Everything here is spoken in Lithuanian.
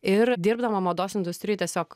ir dirbdama mados industrijoj tiesiog